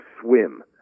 swim